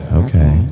okay